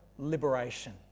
liberation